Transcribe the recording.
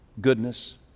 goodness